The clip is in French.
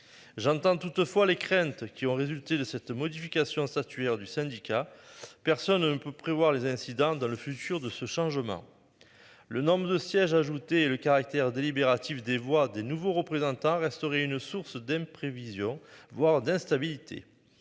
J'entends toutefois les craintes qui ont résulté de cette modification statuaire du syndicat. Personne ne peut prévoir les incidents dans le futur de ce changement. Le nombre de sièges, a ajouté le caractère délibérative des voix des nouveaux représentants restaurer une source d'imprévision, voire d'instabilité.